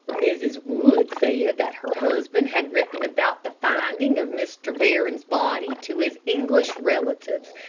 mrs. wood said that her husband had written about the finding of mr. barron's body to his english relatives,